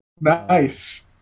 Nice